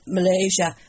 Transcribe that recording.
Malaysia